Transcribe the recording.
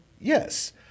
Yes